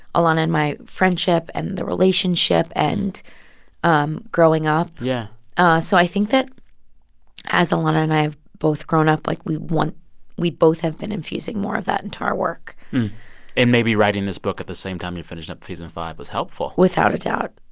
ilana and my friendship and the relationship and um growing up. yeah ah so i think that as ilana and i have both grown up, like, we want we both have been infusing more of that into our work and maybe writing this book at the same time you finished up season five was helpful without a doubt.